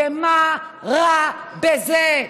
ומה רע בזה?